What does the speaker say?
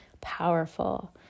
powerful